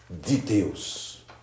Details